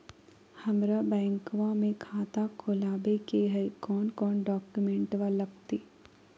हमरा बैंकवा मे खाता खोलाबे के हई कौन कौन डॉक्यूमेंटवा लगती?